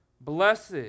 Blessed